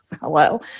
hello